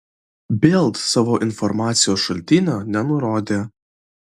bild savo informacijos šaltinio nenurodė